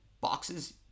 boxes